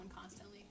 constantly